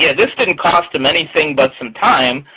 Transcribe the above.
yeah this didn't cost them anything but some time,